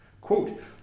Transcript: Quote